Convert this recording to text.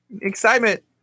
Excitement